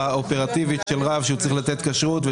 האופרטיבית של רב שצריך לתת כשרות.